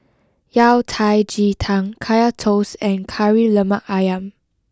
Yao Cai Ji Tang Kaya Toast and Kari Lemak Ayam